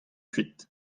kuit